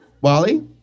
Wally